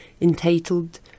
entitled